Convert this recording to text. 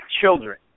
children